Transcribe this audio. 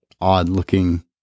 odd-looking